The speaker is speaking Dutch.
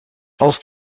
als